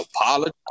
apologize